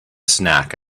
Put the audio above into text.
snack